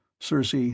Circe